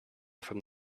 from